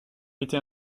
était